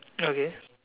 okay